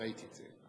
אני ראיתי את זה,